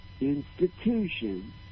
institution